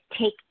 take